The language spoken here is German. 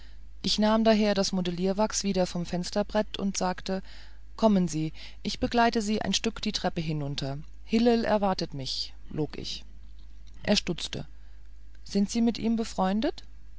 ich nahm daher das modellierwachs wieder vom fensterbrett und sagte kommen sie ich begleite sie ein stück die treppen hinunter hillel erwartet mich log ich er stutzte sie sind mit ihm befreundet